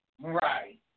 Right